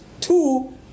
two